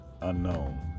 unknown